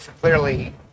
clearly